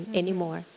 anymore